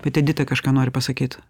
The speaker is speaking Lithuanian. vat edita kažką nori pasakyt